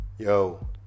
Yo